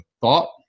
Thought